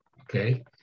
okay